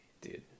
dude